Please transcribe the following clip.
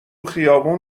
خیابون